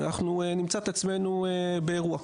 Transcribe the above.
ואנחנו נמצא את עצמנו באירוע.